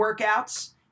workouts